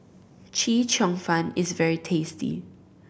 Chee Cheong Fun is very tasty